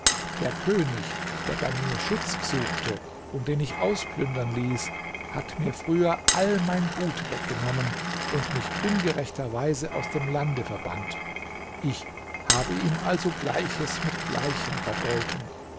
der könig der bei mir schutz suchte und den ich ausplündern ließ hat mir früher all mein gut weggenommen und mich ungerechterweise aus dem lande verbannt ich habe ihm also gleiches mit gleichem vergolten